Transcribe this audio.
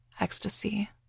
ecstasy